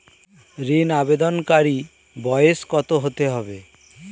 ঋন আবেদনকারী বয়স কত হতে হবে?